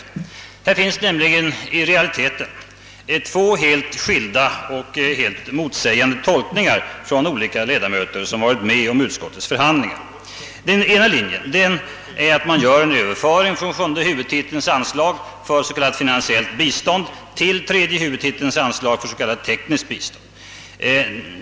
I realiteten har det nämligen gjorts två helt skilda och motsägande tolkningar av de ledamöter som varit med om utskottsbehandlingen. Den ena tolkningen är att :man gör en Överföring från sjunde huvudtitelns anslag för s.k. finansiellt bistånd till tredje huvudtitelns anslag för s.k. tekniskt bistånd.